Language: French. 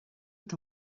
est